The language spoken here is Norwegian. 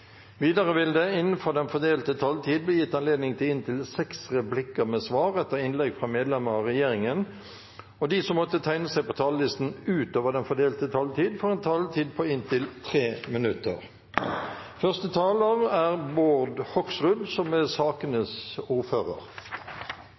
Videre vil det – innenfor den fordelte taletid – bli gitt anledning til inntil seks replikker med svar etter innlegg fra medlemmer av regjeringen, og de som måtte tegne seg på talerlisten utover den fordelte taletid, får også en taletid på inntil 3 minutter. Takk til komiteen for et godt samarbeid om disse to sakene.